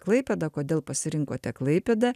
klaipėdą kodėl pasirinkote klaipėdą